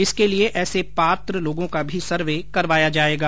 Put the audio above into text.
इसके लिए ऐसे पात्र लोगों का भी सर्वे करवाया जाएगा